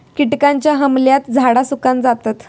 किटकांच्या हमल्यात झाडा सुकान जातत